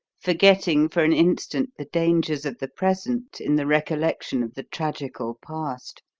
forgetting for an instant the dangers of the present in the recollection of the tragical past.